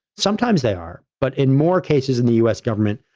sometimes they are, but in more cases in the us government,